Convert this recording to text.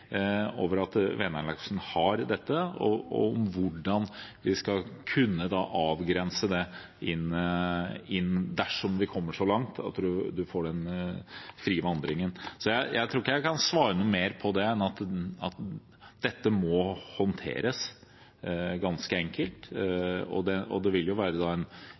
over at Vänern-laksen har det, og hvordan vi skal kunne avgrense det, dersom vi kommer så langt at man får den frie vandringen. Jeg tror ikke jeg kan svare noe mer om det enn at det må håndteres – ganske enkelt. Det vil da være en